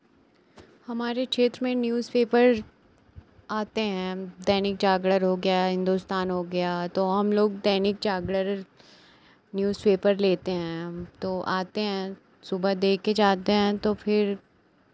हमारे क्षेत्र में न्यूज़पेपर आते हैं दैनिक जागरण हो गया हिन्दुस्तान हो गया तो हम लोग दैनिक जागरण न्यूज़पेपर लेते हैं तो आते हैं सुबह दे के जाते हैं तो फिर